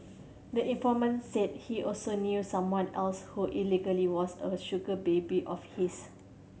the informant said he also knew someone else who allegedly was a sugar baby of his